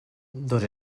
dos